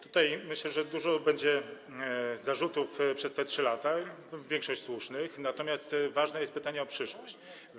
Tutaj, myślę, dużo będzie zarzutów co do tych 3 lat, w większości słusznych, natomiast ważne jest pytanie o przyszłość.